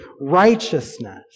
righteousness